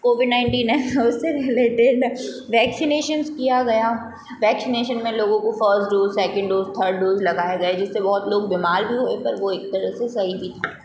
Covid nineteen है उससे related vaccinations किया गया वैक्सीनेशन में लोगों को first dose second dose third dose लगाए गए जिससे बहुत लोग बीमार भी हुए पर वो एक तरह से सही भी था